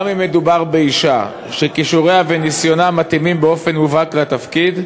גם אם מדובר באישה שכישוריה וניסיונה מתאימים באופן מובהק לתפקיד,